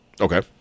Okay